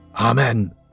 Amen